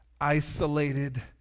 isolated